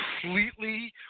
completely